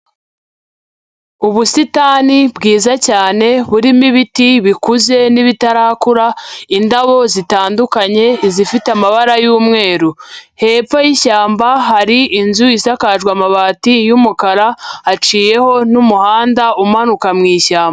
Ubusitani bwiza cyane burimo ibiti bikuze n'ibitarakura, indabo zitandukanye izifite amabara y'umweru, hepfo y'ishyamba hari inzu isakajwe amabati y'umukara haciyeho n'umuhanda umanuka mu ishyamba.